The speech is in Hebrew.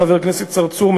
חבר הכנסת צרצור,